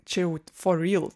čia jau fo ryl